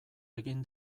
egin